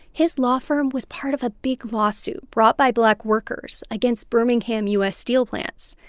his law firm was part of a big lawsuit brought by black workers against birmingham u s. steel plants.